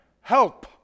help